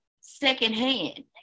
secondhand